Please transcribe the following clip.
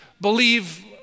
believe